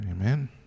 Amen